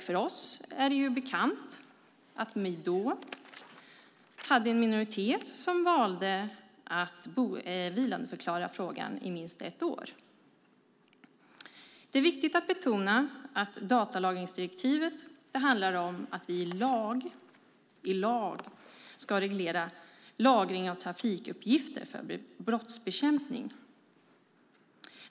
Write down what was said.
För oss är det bekant att vi då hade en minoritet som valde att vilandeförklara frågan i minst ett år. Det är viktigt att betona att datalagringsdirektivet handlar om att vi i lag ska reglera lagring av trafikuppgifter för brottsbekämpning.